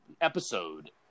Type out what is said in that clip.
episode